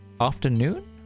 afternoon